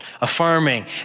affirming